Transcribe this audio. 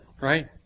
right